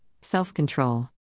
self-control